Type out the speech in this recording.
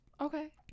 Okay